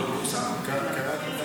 קראתי קצת.